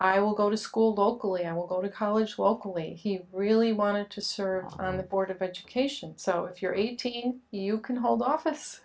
i will go to school vocally i will go to college locally he really wanted to serve on the board of education so if you're eighteen you can hold office